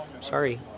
Sorry